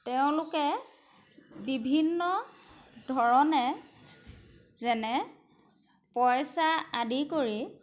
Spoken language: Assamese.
তেওঁলোকে বিভিন্ন ধৰণে যেনে পইচা আদি কৰি